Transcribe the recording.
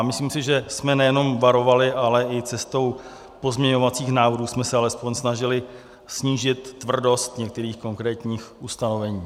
Myslím si, že jsme nejenom varovali, ale i cestou pozměňovacích návrhů jsme se alespoň snažili snížit tvrdost některých konkrétních ustanovení.